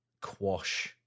quash